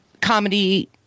comedy